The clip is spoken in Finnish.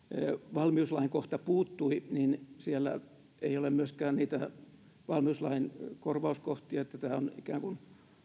valmiuslain kohta puuttui niin siellä ei ole myöskään niitä valmiuslain korvauskohtia eli tämä on ikään kuin